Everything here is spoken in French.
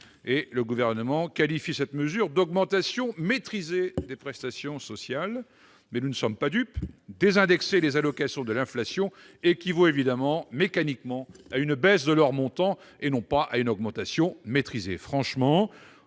le Gouvernement qualifie de mesure d'augmentation maîtrisée des prestations sociales. Nous ne sommes pas dupes : désindexer les allocations de l'inflation équivaut mécaniquement à une baisse de leur montant, et non à leur augmentation maîtrisée.